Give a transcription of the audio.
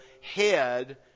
head